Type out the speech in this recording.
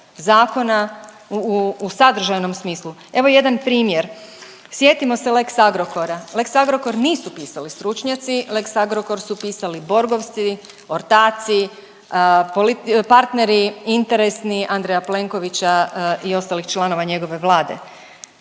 zakona u sadržajnom smislu. Evo jedan primjer. Sjetimo se lex Agrokora. Lex Agrokor nisu pisali stručnjaci, Lex Agrokor su pisali Borgovci, ortaci, partneri interesni Andreja Plenkovića i ostalih članova njegove Vlade.